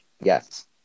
yes